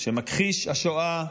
שמכחיש השואה,